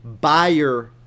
buyer